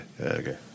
Okay